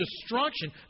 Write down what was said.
destruction